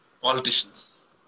politicians